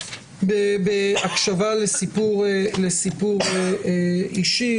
בהקשבה לסיפור אישי,